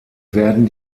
werden